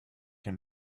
him